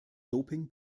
doping